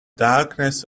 darkness